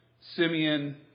Simeon